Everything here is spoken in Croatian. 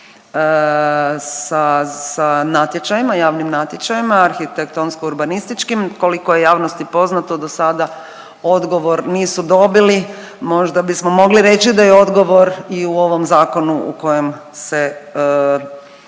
sa natječajima, javnim natječajima arhitektonsko-urbanističkim. Koliko je javnosti poznato do sada odgovor nisu dobili. Možda bismo mogli reći da je odgovor i u ovom zakonu u kojem se